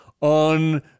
on